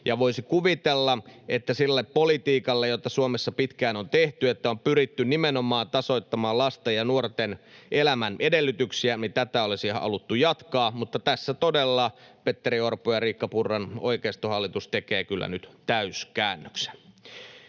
Voisi kuvitella, että sitä politiikkaa, jota Suomessa pitkään on tehty, että on pyritty nimenomaan tasoittamaan lasten ja nuorten elämän edellytyksiä, olisi haluttu jatkaa, mutta tässä todella Petteri Orpon ja Riikka Purran oikeistohallitus tekee kyllä nyt täyskäännöksen.